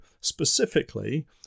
specifically